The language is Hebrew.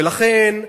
ולכן,